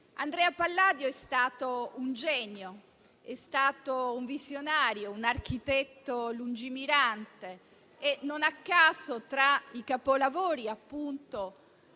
Andrea Palladio è stato un genio, un visionario, un architetto lungimirante e non a caso, tra i suoi capolavori, ci